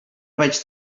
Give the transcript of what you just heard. vaig